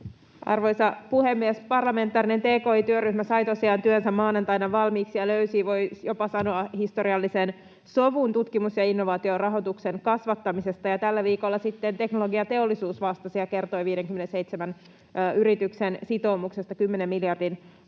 Arvoisa puhemies! Parlamentaarinen tki-työryhmä sai tosiaan työnsä maanantaina valmiiksi ja löysi, voi jopa sanoa, historiallisen sovun tutkimus‑ ja innovaatiorahoituksen kasvattamisesta, ja tällä viikolla sitten Teknologiateollisuus vastasi ja kertoi 57 yrityksen sitoumuksesta 10 miljardin